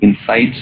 insights